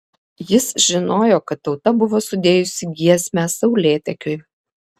jis žinojo kad tauta buvo sudėjusi giesmę saulėtekiui